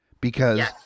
because-